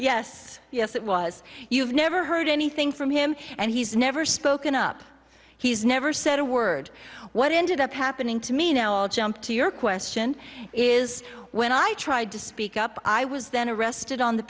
yes yes it was you've never heard anything from him and he's never spoken up he's never said a word what ended up happening to me now i'll jump to your question is when i tried to speak up i was then arrested on the